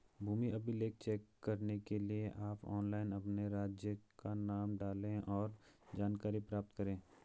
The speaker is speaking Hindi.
भूमि अभिलेख चेक करने के लिए आप ऑनलाइन अपने राज्य का नाम डालें, और जानकारी प्राप्त करे